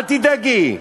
אל תדאגי.